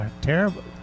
terrible